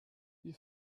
wir